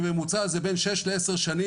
הממוצע למבחני תמיכה כאלה הוא בין 6 ל-10 שנים.